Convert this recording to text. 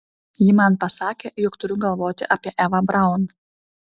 ji man pasakė jog turiu galvoti apie evą braun